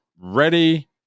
ready